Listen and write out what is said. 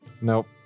Nope